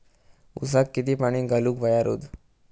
ऊसाक किती पाणी घालूक व्हया रोज?